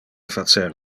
facer